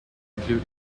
include